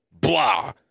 Blah